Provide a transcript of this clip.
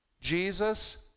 Jesus